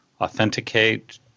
authenticate